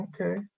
Okay